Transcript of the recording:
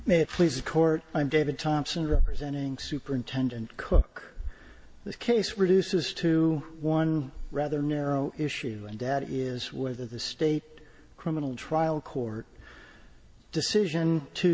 may please the court i'm david thompson representing superintend and cook the case reduces to one rather narrow issue and that is whether the state criminal trial court decision to